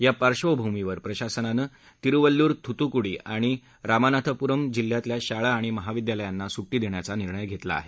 या पार्बभूमीवर प्रशासनानं तिरुवल्लुर थूथुकुडी आणि रामनाथपुरम् जिल्ह्यातल्या शाळा आणि महाविद्यालयांना सुट्टी देण्याचा निर्णय घेतला आहे